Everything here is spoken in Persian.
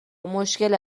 مشکل